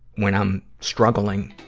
when i'm struggling